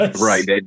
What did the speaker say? Right